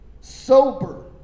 sober